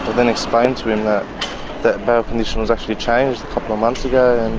then explained to him that the bail condition was actually changed a couple of months ago.